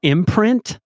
Imprint